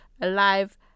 alive